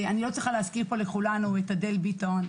אני לא צריכה להזכיר פה לכולנו את אדל ביטון,